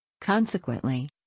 Consequently